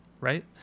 right